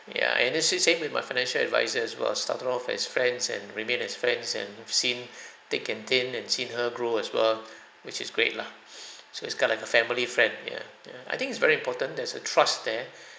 ya and it's the same with my financial advisor as well started off as friends and remain as friends and have seen thick and thin and seen her grow as well which is great lah so it's kind like a family friend ya ya I think it's very important there's a trust there